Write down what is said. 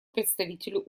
представителю